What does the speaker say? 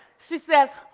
she says,